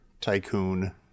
tycoon